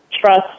trust